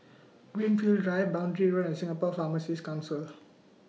Greenfield Drive Boundary Road and Singapore Pharmacies Council